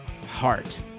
Heart